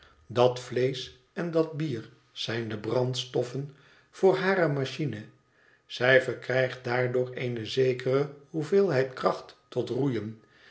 dat vleesch en dat bier zijn de brandstoffen voor hare machine zij verkrijgt daardoor eene zekere hoeveelheid kracht tot roeien